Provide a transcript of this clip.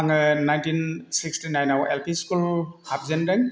आङो नाइनटिन सिक्सटिनाइनाव LP school हाबजेनदों